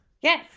yes